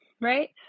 right